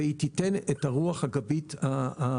והיא תיתן את אותה רוח גבית נדרשת.